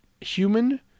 human